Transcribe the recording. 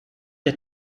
der